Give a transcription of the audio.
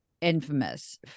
infamous